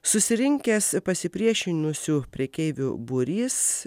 susirinkęs pasipriešinusių prekeivių būrys